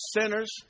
sinners